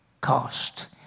cost